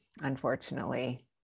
unfortunately